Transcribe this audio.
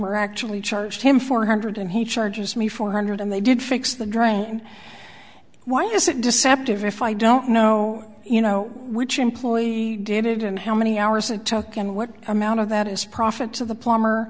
plumber actually charged him four hundred and he charges me four hundred and they did fix the drain why is it deceptive if i don't know you know which employee did it and how many hours it took and what amount of that is profit to the plumber